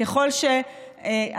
רק לפני חודש יצאה,